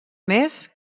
més